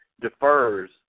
defers